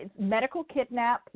MedicalKidnap